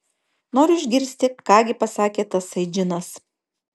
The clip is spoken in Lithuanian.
noriu išgirsti ką gi pasakė tasai džinas